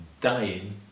dying